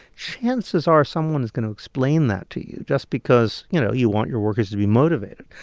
chances are someone is going to explain that to you just because, you know, you want your workers to be motivated.